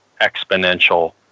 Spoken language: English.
exponential